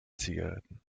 zigaretten